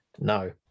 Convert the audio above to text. No